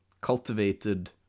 cultivated